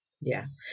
Yes